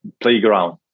playground